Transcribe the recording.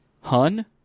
Hun